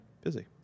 busy